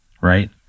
right